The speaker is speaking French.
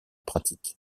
pratiques